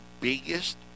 biggest